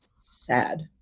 sad